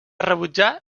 rebutjar